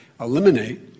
eliminate